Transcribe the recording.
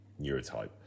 neurotype